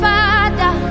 Father